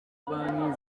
banki